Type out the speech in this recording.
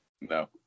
No